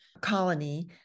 colony